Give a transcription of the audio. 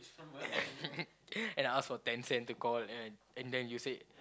and I ask for ten cents to call and and then you said